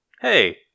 Hey